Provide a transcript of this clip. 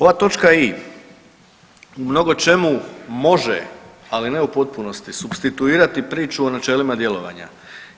Ova točka i) u mnogo čemu može, ali ne u potpunosti supstituirati priču o načelima djelovanjima,